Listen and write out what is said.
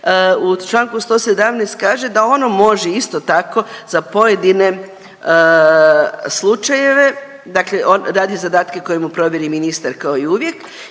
u čl. 117. kaže da ono može isto tako za pojedine slučajeve, dakle radi zadatke koje mu provjeri ministar kao i uvijek